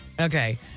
Okay